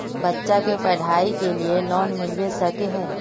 बच्चा के पढाई के लिए लोन मिलबे सके है?